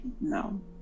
No